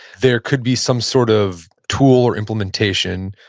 there could be some sort of tool or implementation,